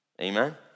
Amen